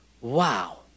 wow